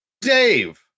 Dave